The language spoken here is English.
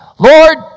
Lord